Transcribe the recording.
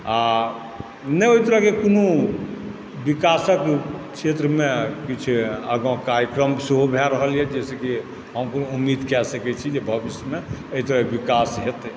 आओर नहि ओहि तरहके कोनो विकासके क्षेत्रमे किछु आगा कार्यक्रम सेहो भए रहल यऽ जैसे कि हम कोनो उमीद कए सकै छी जे भविष्यमे एहि तरहके विकास हेतै